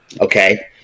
Okay